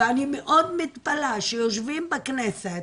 ואני מאוד מתפלא שיושבים בכנסת,